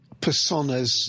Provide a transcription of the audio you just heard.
personas